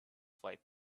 flight